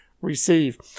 receive